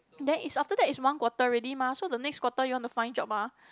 then is after that is one quarter already mah so the next quarter you want to find job ah